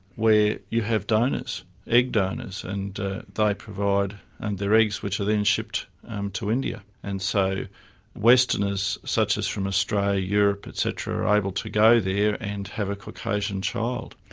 where you have donors, egg donors, and they provide and their eggs, which are then shipped to india, and so westerners such as from australia, europe, et cetera, are able to go there and have a caucasian child.